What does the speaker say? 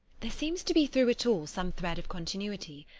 there seems to be through it all some thread of continuity.